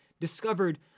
discovered